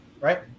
right